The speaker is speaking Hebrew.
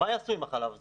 מה יעשו עם החלב הזה?